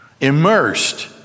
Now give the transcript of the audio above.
immersed